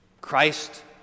Christ